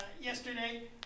yesterday